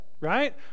right